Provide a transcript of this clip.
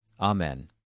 Amen